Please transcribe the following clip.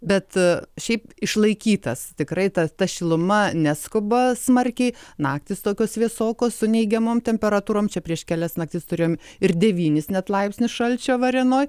bet šiaip išlaikytas tikrai ta ta šiluma neskuba smarkiai naktys tokios vėsokos su neigiamom temperatūrom čia prieš kelias naktis turėjom ir devynis net laipsnius šalčio varėnoj